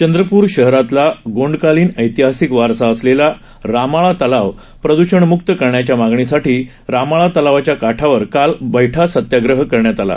चंद्रपुर शहरातला गोंडकालीन ऐतिहासिक वारसा असलेला रामाळा तलाव प्रद्षणमुक्त करण्याच्या मागणीसाठी रामाळा तलावाच्या काठावर काल बठा सत्याग्रह करण्यात आला